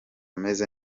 meze